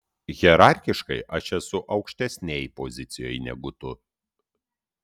hierarchiškai aš esu aukštesnėj pozicijoj negu tu